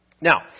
Now